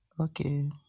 okay